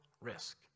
risk